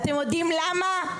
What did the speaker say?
אתם יודעים למה?